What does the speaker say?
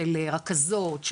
של רכזות,